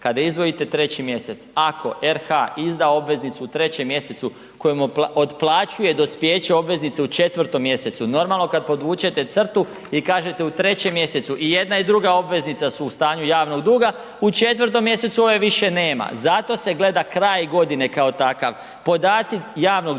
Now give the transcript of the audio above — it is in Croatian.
Kada izdvojite 3. mjesec, ako RH izda obveznicu u 3. mj. kojim otplaćuje dospijeće obveznice u 4. mj., normalno kad podvučete crtu i kažete u 3. mj. i jedna druga i obveznica su u stanju javnog duga, u 4. mj. ove više nema. Zato se gleda kraj godine kao takav, podaci javnog duga